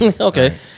Okay